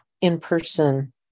in-person